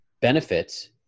benefits